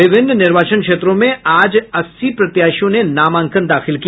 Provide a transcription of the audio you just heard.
विभिन्न निर्वाचन क्षेत्रों में आज अस्सी प्रत्याशियों ने नामांकन दाखिल किया